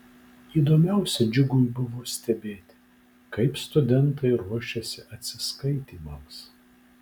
įdomiausia džiugui buvo stebėti kaip studentai ruošiasi atsiskaitymams